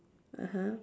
(uh huh)